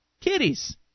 kitties